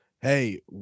hey